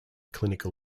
clinical